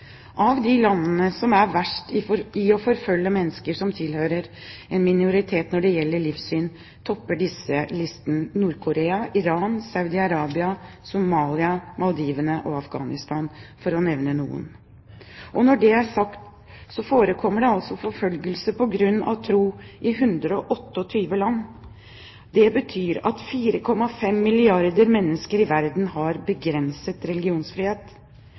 Av de landene som er verst til å forfølge mennesker som tilhører en minoritet når det gjelder livssyn, topper disse listen: Nord-Korea, Iran, Saudi-Arabia, Somalia, Maldivene og Afghanistan – for å nevne noen. Når det er sagt, forekommer det forfølgelse på grunn av tro i 128 land. Det betyr at 4,5 milliarder mennesker i verden har begrenset religionsfrihet.